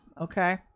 Okay